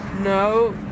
No